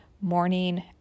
morning